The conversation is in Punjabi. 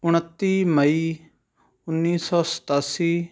ਉਣੱਤੀ ਮਈ ਉੱਨੀ ਸੌ ਸਤਾਸੀ